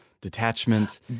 detachment